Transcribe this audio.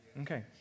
Okay